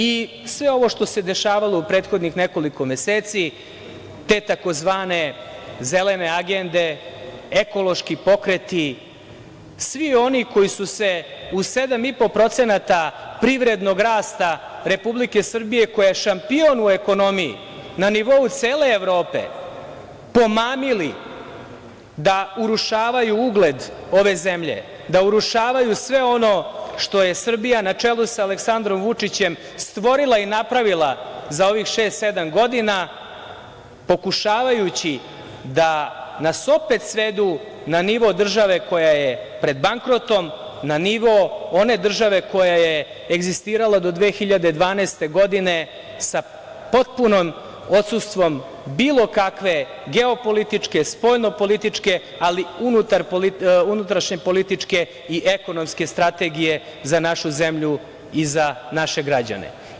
I sve ovo što se dešavalo u prethodnih nekoliko meseci, te tzv. zelene agende, ekološki pokreti, svi oni koji su se u 7,5% privrednog rasta Republike Srbije, koja je šampion u ekonomiji na nivou cele Evrope, pomamili da urušavaju ugled ove zemlje, da urušavaju sve ono što je Srbija na čelu sa Aleksandrom Vučićem stvorila i napravila za ovih šest-sedam godina, pokušavajući da nas opet svedu na nivo države koja je pred bankrotom, na nivo one države koja je egzistirala do 2012. godine, sa potpunim odsustvom bilo kakve geopolitičke, spoljnopolitičke, ali unutrašnje političke i ekonomske strategije za našu zemlju i za naše građane.